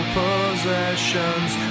possessions